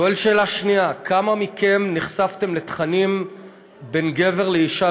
שואל שאלה שנייה: כמה מכם נחשפתם לתכנים בין גבר לאישה,